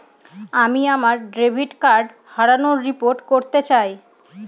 আমি আমার debit card হারানোর রিপোর্ট করতে চাই